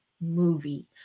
movie